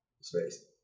space